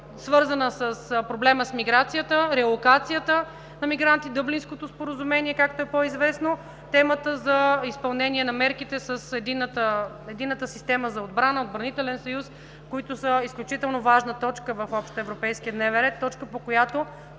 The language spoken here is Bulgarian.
свързана с проблема с миграцията, релокацията на мигранти – Дъблинското споразумение, както е по-известно; темата за изпълнение на мерките с Единната система за отбрана, отбранителен съюз, които са изключително важна точка в общоевропейския дневен ред – точка, по която